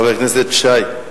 חבר הכנסת שי,